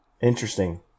interesting